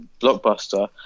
blockbuster